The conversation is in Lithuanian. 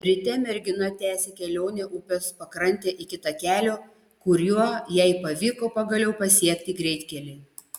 ryte mergina tęsė kelionę upės pakrante iki takelio kuriuo jai pavyko pagaliau pasiekti greitkelį